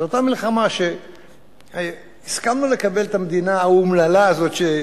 זו אותה מלחמה אחרי שהסכמנו לקבל את המדינה האומללה הזו,